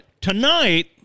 tonight